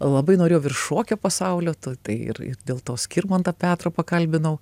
labai norėjau ir šokio pasaulio tu tai ir dėl to skirmantą petrą pakalbinau